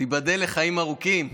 תיבדל לחיים ארוכים,